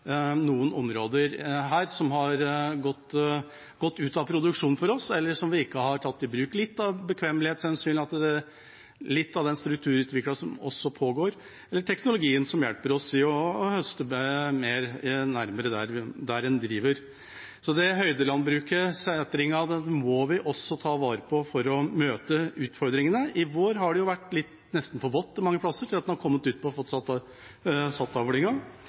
noen områder som hadde gått ut av produksjon, eller som vi ikke hadde tatt i bruk, litt av bekvemmelighetshensyn, litt på grunn av den strukturutviklingen som pågår, eller på grunn av at teknologien hjelper oss å høste mer, nærmere der vi driver. Vi må ta vare på høydelandbruket, setringen, for å møte utfordringene. I vår har det mange plasser nesten vært for vått til at man har kommet ut og fått satt